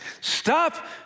Stop